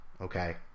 Okay